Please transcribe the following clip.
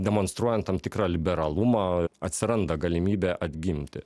demonstruojant tam tikrą liberalumą atsiranda galimybė atgimti